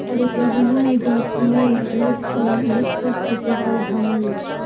Arabian jasmine एक सुगंधित पुष्प के पौधा हई